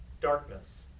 darkness